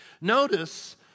Notice